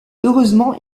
heureusement